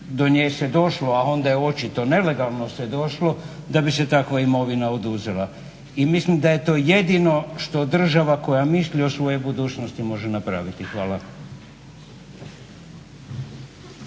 do nje se došlo, a onda je očito nelegalno se došlo, da bi se takva imovina oduzela. I mislim da je to jedino što država koja misli o svojoj budućnosti može napraviti. Hvala.